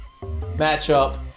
matchup